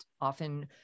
often